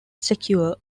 secure